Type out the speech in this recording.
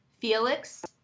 Felix